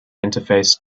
interface